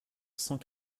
cent